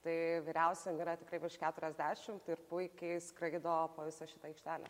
tai vyriausiam yra tikrai iš keturiasdešimt ir puikiai skraido po visą šitą aikštelę